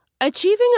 Achieving